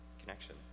connection